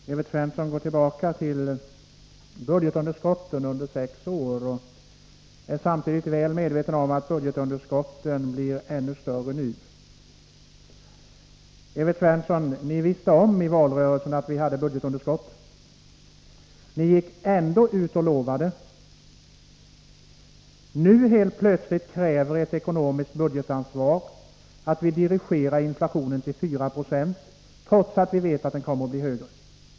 Herr talman! Evert Svensson går tillbaka till budgetunderskotten under sex år och är samtidigt väl medveten om att budgetunderskotten blir ännu större nu. Ni visste om i valrörelsen, Evert Svensson, att vi hade budgetunderskott. Ändå ställde ni ut löften. Nu, helt plötsligt, kräver enligt er mening budgetansvaret att vi dirigerar inflationen till 4 26. Detta hävdar ni trots att vi vet att inflationen kommer att bli högre.